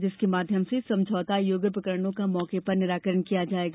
जिसके माध्यम से समझौता योग्य प्रकरणों का मौके पर निराकरण किया जाएगा